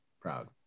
Proud